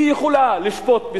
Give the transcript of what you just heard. היא יכולה לשפוט,